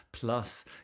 plus